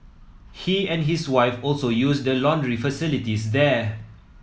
he and his wife also use the laundry facilities there